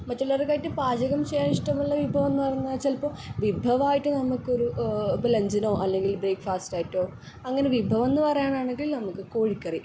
മറ്റുള്ളവരൊക്കെ ആയിട്ട് പാചകം ചെയ്യാൻ ഇഷ്ടമുള്ള വിഭവമെന്ന് പറഞ്ഞാൽ ചിലപ്പോൾ വിഭവമായിട്ട് നമുക്കൊരു ഇപ്പം ലെഞ്ചിനോ അല്ലെങ്കിൽ ബ്രേക്ക്ഫാസ്റ്റ് ആയിട്ടൊ അങ്ങനെ വിഭവമെന്ന് പറയാനാണെങ്കിൽ നമുക്ക് കോഴിക്കറി